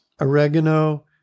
oregano